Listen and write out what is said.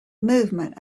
movement